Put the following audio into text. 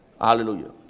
Hallelujah